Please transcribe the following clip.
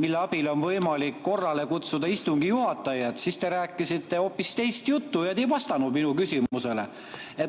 mille abil on võimalik korrale kutsuda istungi juhatajat. Selle peale te rääkisite hoopis teist juttu ja te ei vastanud minu küsimusele.